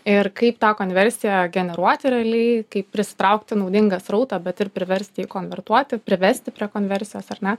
ir kaip tą konversiją generuoti realiai kaip prisitraukti naudingą srautą bet ir priversti jį konvertuoti privesti prie konversijos ar ne